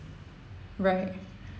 right